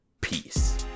peace